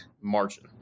margin